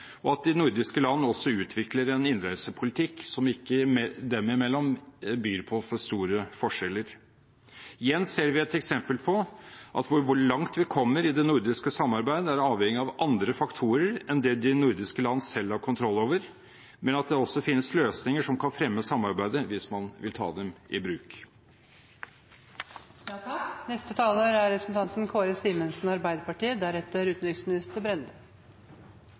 og at de nordiske landene også utvikler en innreisepolitikk som dem imellom ikke byr på for store forskjeller. Igjen ser vi et eksempel på at hvor langt vi kommer i det nordiske samarbeidet, er avhengig av andre faktorer enn det de nordiske landene selv har kontroll over, men at det også finnes løsninger som kan fremme samarbeidet, hvis man vil ta dem i bruk. Selv om jeg er ny i nordisk parlamentarikersammenheng, er